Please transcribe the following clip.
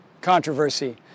controversy